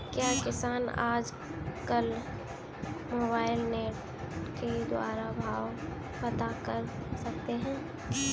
क्या किसान आज कल मोबाइल नेट के द्वारा भाव पता कर सकते हैं?